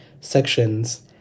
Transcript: sections